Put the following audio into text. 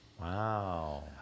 wow